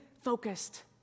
focused